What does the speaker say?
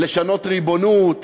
לשנות ריבונות,